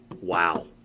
Wow